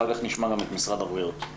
אחר כך נשמע את משרד הבריאות.